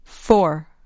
Four